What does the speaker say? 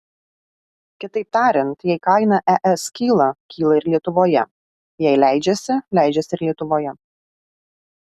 kitaip tariant jei kaina es kyla kyla ir lietuvoje jei leidžiasi leidžiasi ir lietuvoje